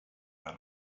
out